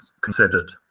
considered